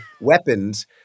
weapons